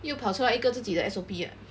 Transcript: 又跑出来一个自己的 S_O_P